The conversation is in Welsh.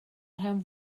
rhan